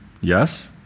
yes